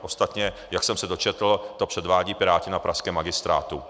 Ostatně, jak jsem se dočetl, to předvádějí Piráti na pražském Magistrátu.